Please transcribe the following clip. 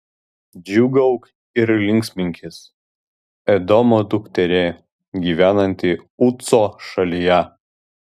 džiūgauk ir linksminkis edomo dukterie gyvenanti uco šalyje